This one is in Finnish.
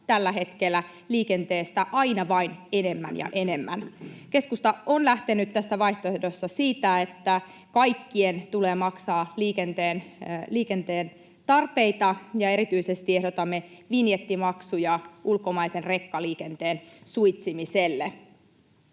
tällä hetkellä liikenteestä aina vain enemmän ja enemmän. Keskusta on lähtenyt tässä vaihtoehdossa siitä, että kaikkien tulee maksaa liikenteen tarpeita. Erityisesti ehdotamme vinjettimaksuja ulkomaisen rekkaliikenteen suitsimiselle.